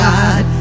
God